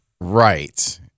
Right